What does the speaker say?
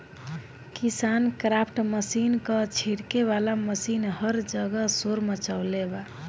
KisanKraft machine क छिड़के वाला मशीन हर जगह शोर मचवले बा